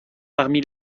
parmi